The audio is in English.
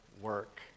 work